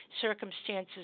circumstances